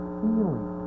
feeling